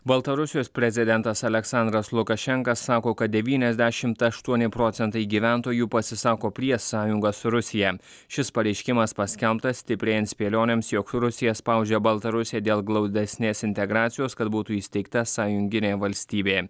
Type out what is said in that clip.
baltarusijos prezidentas aleksandras lukašenka sako kad devyniasdešimt aštuoni procentai gyventojų pasisako prieš sąjungą su rusija šis pareiškimas paskelbtas stiprėjant spėlionėms jog rusija spaudžia baltarusiją dėl glaudesnės integracijos kad būtų įsteigta sąjunginė valstybė